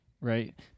Right